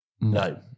No